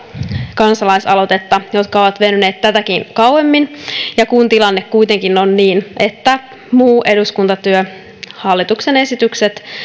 kansalaisaloitetta jotka ovat venyneet tätäkin kauemmin ja tilanne kuitenkin on se että muu eduskuntatyö hallituksen esitykset